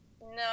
No